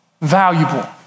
valuable